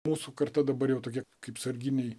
mūsų karta dabar jau tokia kaip sarginiai